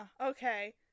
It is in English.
Okay